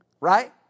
Right